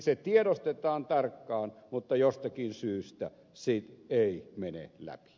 se tiedostetaan tarkkaan mutta jostakin syystä se ei mene läpi